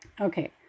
Okay